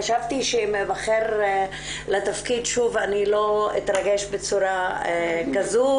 חשבתי שאם אבחר לתפקיד שוב אני לא אתרגש בצורה כזו,